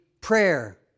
prayer